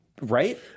right